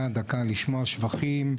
דקה לשמוע שבחים.